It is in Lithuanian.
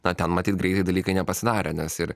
na ten matyt greitai dalykai nepasidarė nes ir